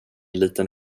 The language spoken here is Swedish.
liten